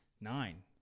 Nine